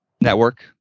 network